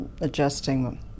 adjusting